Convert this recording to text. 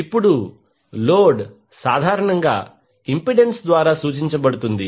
ఇప్పుడు లోడ్ సాధారణంగా ఇంపెడెన్స్ ద్వారా సూచించబడుతుంది